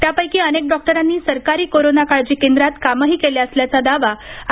त्यापैकी अनेक डॉक्टरांनी सरकारी कोरोना काळजी केंद्रात कामही केले असल्याचा दावा आय